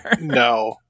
No